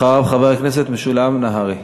אחריו, חבר הכנסת משולם נהרי.